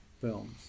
films